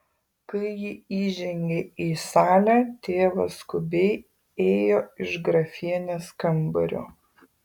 kai ji įžengė į salę tėvas skubiai ėjo iš grafienės kambario